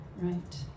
Right